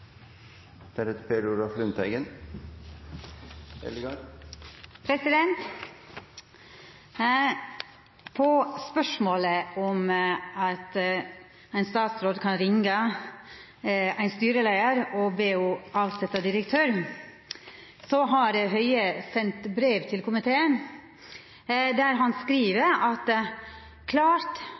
På spørsmålet om ein statsråd kan ringja ein styreleiar og be henne avsetja direktøren, har Høie sendt eit brev til komiteen der han skriv: «Det er dermed klart at rent formelt er det utvilsomt sånn at det er